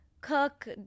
cook